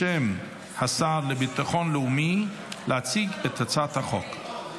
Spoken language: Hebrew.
בשם השר לביטחון לאומי, להציג את הצעת החוק.